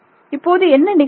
இப்போது எனது என்ன நிகழும்